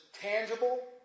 tangible